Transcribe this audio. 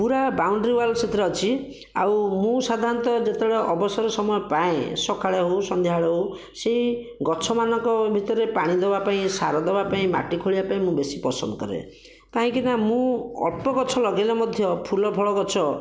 ପୁରା boundary wall ସେଥିରେ ଅଛି ଆଉ ମୁଁ ସାଧାରଣତଃ ଯେତେବେଳେ ଅବସର ସମୟରେ ପାଏଁ ସଖାଳେ ହେଉ ସନ୍ଧ୍ୟାବେଳେ ହେଉ ସେହି ଗଛମାନଙ୍କ ଭିତରେ ପାଣି ଦେବାପାଇଁ ସାର ଦେବା ପାଇଁ ମାଟି ଖୋଳିବା ପାଇଁ ମୁଁ ବେଶି ପସନ୍ଦ କରେ କାହିଁକିନା ମୁଁ ଅଳ୍ପ ଗଛ ଲଗେଇଲେ ମଧ୍ୟ ଫୁଲଫଳ ଗଛ